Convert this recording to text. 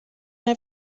nei